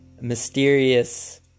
mysterious